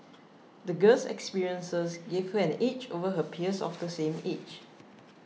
the girl's experiences gave her an edge over her peers of the same age